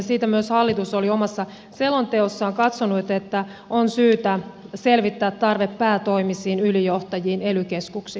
siitä myös hallitus oli omassa selonteossaan katsonut että on syytä selvittää tarve päätoimisiin ylijohtajiin ely keskuksissa